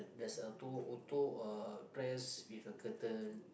there's auto auto uh press with a curtain